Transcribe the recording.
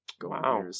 Wow